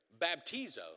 Baptizo